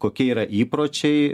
kokie yra įpročiai